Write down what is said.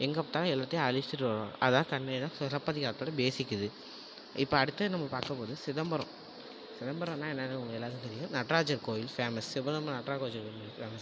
எங்கே பார்த்தாலும் எல்லாத்தையும் அழிச்சிட்டு வருவாங்க அதான் கண்ணகி தான் சிலப்பதிகாரத்தோட பேஸிக் இது இப்போ அடுத்து நம்ம பார்க்கப் போகறது சிதம்பரோம் சிதம்பரன்னா என்னன்னு உங்களுக்கு எல்லாருக்கும் தெரியும் நட்ராஜர் கோயில் ஃபேமஸ் சிதம்பரம் நட்ராஜர் கோயில் ஃபேமஸ்